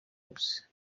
bwihuse